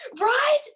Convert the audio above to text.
right